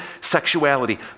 sexuality